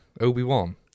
Obi-Wan